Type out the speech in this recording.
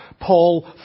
Paul